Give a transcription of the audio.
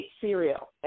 cereal